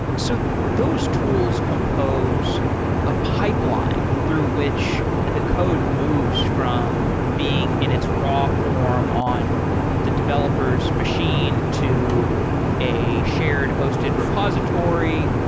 so those tools compose a pipeline through which the code moves from being in its raw form on the developer's machine to a shared hosted repository,